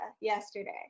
yesterday